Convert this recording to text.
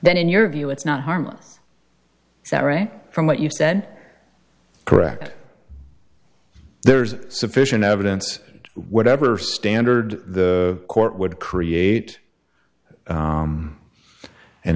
then in your view it's not harmless that right from what you've said correct there's sufficient evidence whatever standard the court would create